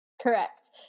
correct